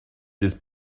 fydd